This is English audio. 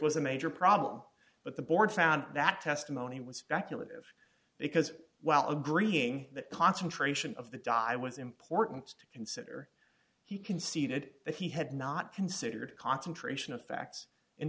was a major problem but the board found that testimony was that you live because while agreeing that concentration of the die was important to consider he conceded that he had not considered concentration of facts